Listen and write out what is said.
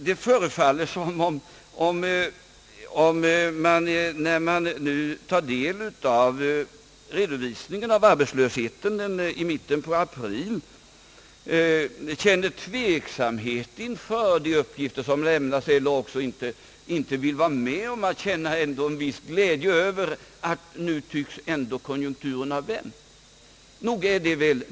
Det förefaller som om man, när man nu tar del av redovisningen av arbetslösheten i mitten av april kände tveksamhet inför de uppgifter som lämnats eller också inte vill vara med om att känna en viss glädje över att konjunkturen nu ändå tycks ha vänt.